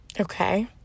Okay